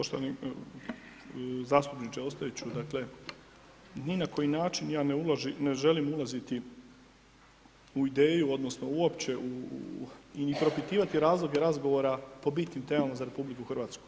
Poštovani zastupniče Ostojiću, dakle ni na koji način ja ne želim ulaziti u ideju odnosno uopće u, i propitivati razloge razgovora po bitnim temama za RH.